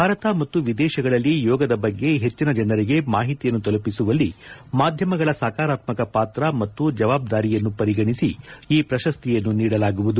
ಭಾರತ ಮತ್ತು ವಿದೇಶಗಳಲ್ಲಿ ಯೋಗದ ಬಗ್ಗೆ ಹೆಚ್ಚನ ಜನರಿಗೆ ಮಾಹಿತಿಯನ್ನು ತಲುಪಿಸುವಲ್ಲಿ ಮಾಧ್ಯಮಗಳ ಸಕಾರಾತ್ಮಕ ಪಾತ್ರ ಮತ್ತು ಜವಾಬ್ದಾರಿಯನ್ನು ಪರಿಗಣಿಸಿ ಈ ಪ್ರಶಸ್ತಿಯನ್ನು ನೀಡಲಾಗುವುದು